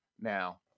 Now